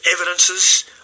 Evidences